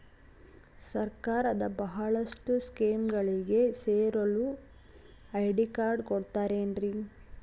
ಸರ್ಕಾರದ ಬಹಳಷ್ಟು ಸ್ಕೇಮುಗಳಿಗೆ ಸೇರಲು ಐ.ಡಿ ಕಾರ್ಡ್ ಕೊಡುತ್ತಾರೇನ್ರಿ?